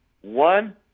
one